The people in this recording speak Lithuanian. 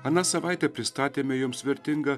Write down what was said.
aną savaitę pristatėme jums vertingą